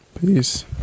Peace